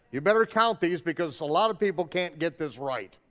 you better count these, because a lot of people can't get this right,